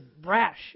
brash